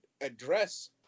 address